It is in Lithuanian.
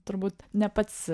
turbūt ne pats